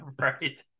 right